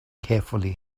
carefully